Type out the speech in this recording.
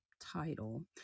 title